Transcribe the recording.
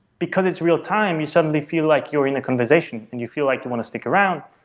because it's real-time you suddenly feel like you're in a conversation and you feel like you want to stick around.